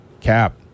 Cap